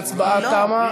ההצבעה תמה.